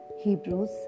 Hebrews